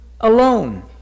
alone